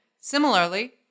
Similarly